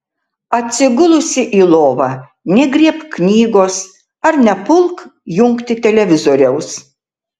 atsigulusi į lovą negriebk knygos ar nepulk jungti televizoriaus